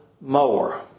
more